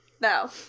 No